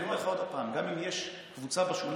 אני אומר לך עוד פעם: גם אם יש קבוצה בשוליים,